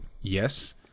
yes